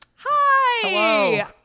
Hi